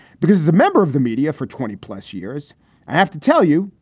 because as a member of the media for twenty plus years, i have to tell you,